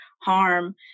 harm